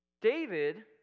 David